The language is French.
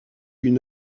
une